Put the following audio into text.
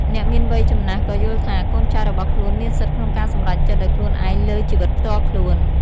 អ្នកមានវ័យចំណាស់ក៏យល់ថា កូនចៅរបស់ខ្លួនមានសិទ្ធិក្នុងការសម្រេចចិត្តដោយខ្លួនឯងលើជីវិតផ្ទាល់ខ្លួន។